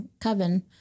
coven